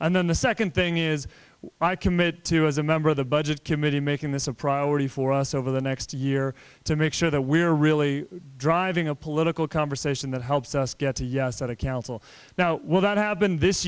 and then the second thing is i commit to as a member of the budget committee making this a priority for us over the next year to make sure that we're really driving a political conversation that helps us get to yes out of council now will that have been this